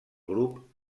grup